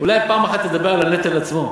אולי פעם אחת תדבר על הנטל עצמו?